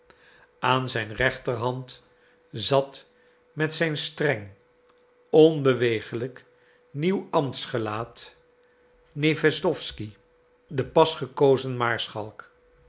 aan zijn rechterhand zat met zijn streng onbewegelijk nieuw ambtsgelaat newedowsky de pas